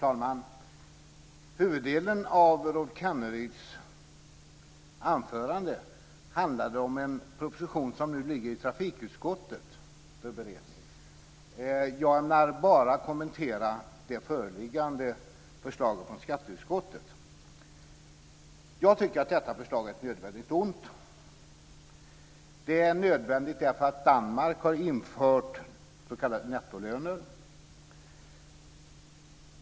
Fru talman! Huvuddelen av Rolf Kenneryds anförande handlade om en proposition som nu ligger i trafikutskottet för beredning. Jag ämnar kommentera bara det föreliggande förslaget från skatteutskottet. Jag tycker att detta förslag är ett nödvändigt ont. Det är nödvändigt därför att Danmark har infört s.k. nettolöner.